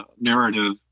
narrative